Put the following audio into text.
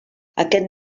aquest